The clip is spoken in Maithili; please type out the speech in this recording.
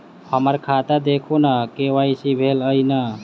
हम्मर खाता देखू नै के.वाई.सी भेल अई नै?